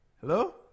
Hello